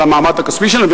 על המעמד הכספי שלהן.